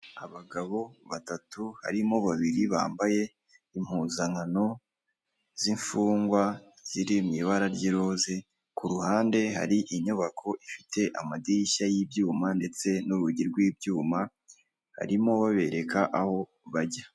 Abagabo batatu barimo babiri bambaye impuzankano z'imfungwa ziri mu ibara ry'iroza ku ruhande hari inyubako ifite amadirishya y'ibyuma ndetse nurugi rw'ibyuma barimo babereka aho bajya .